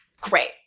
great